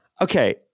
Okay